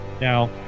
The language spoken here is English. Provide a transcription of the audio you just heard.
Now